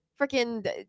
freaking